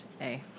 Hey